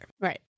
Right